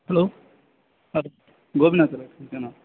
hello sir Gopinath பேசுகிறேன் நான்